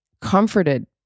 comforted